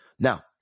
Now